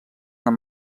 amb